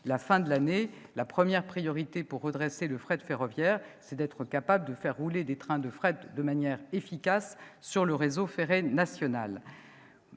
la fin de l'année. La priorité pour redresser le fret ferroviaire, c'est d'être capable de faire rouler des trains de fret de manière efficace sur le réseau ferré national.